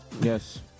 Yes